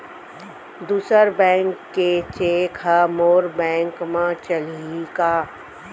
दूसर बैंक के चेक ह मोर बैंक म चलही का?